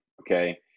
Okay